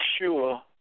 sure